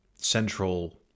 central